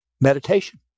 meditation